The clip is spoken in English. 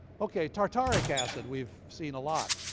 okay, tartaric acid we've seen a lot.